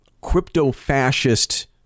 crypto-fascist